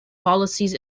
policies